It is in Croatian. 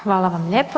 Hvala vam lijepo.